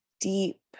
deep